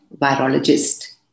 virologist